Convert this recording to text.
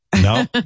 no